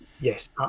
yes